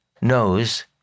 knows